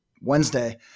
Wednesday